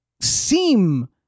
seem